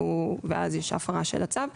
ואז יש הפרה של הצו.